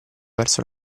verso